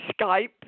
Skype